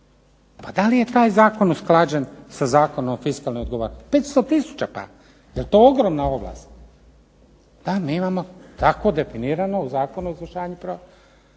Pa da li je taj zakon usklađen sa Zakonom o fiskalnoj odgovornosti, 500 tisuća, pa je li to ogromna ovlast. Da mi imamo tako definirano u Zakonu o izvršenju proračuna.